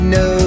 no